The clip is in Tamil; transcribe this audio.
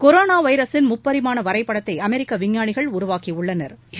கொரோனா வைரஸின் முப்பரிமாண வரைபடத்தை அமெரிக்க விஞ்ஞானிகள் உருவாக்கியுள்ளனா்